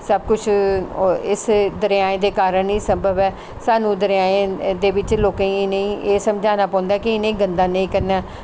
सब कुछ इस दरियाएं दे कारन ही संभव ऐ सानूं दरियांएं दे बिच्च लोकें गी इ'नेंगी एह् समझाना पौंदा कि इ'नेंगी गंदा नेईं करन